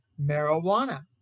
marijuana